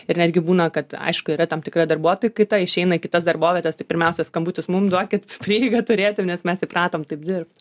ir netgi būna kad aišku yra tam tikra darbuotojų kaita išeina į kitas darbovietes tai pirmiausia skambutis mum duokit prieigą turėti ir nes mes įpratom taip dirbt